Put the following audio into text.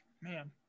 Man